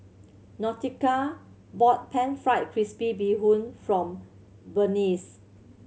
Nautica bought Pan Fried Crispy Bee Hoon from Berneice